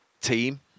team